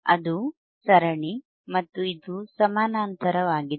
ಅದು ಸರಣಿ ಮತ್ತು ಇದು ಸಮಾನಾಂತರವಾಗಿದೆ